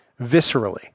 viscerally